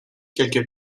quelques